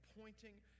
pointing